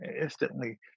instantly